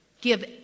Give